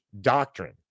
doctrine